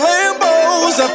Lambos